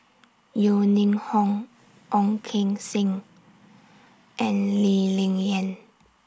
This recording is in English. Yeo Ning Hong Ong Keng Sen and Lee Ling Yen